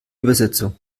übersetzung